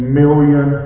million